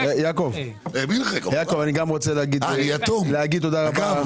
יעקב, אני גם רוצה להגיד תודה רבה.